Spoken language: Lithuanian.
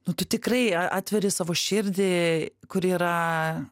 nu tu tikrai a atveri savo širdį kuri yra